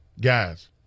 guys